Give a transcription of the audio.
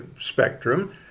spectrum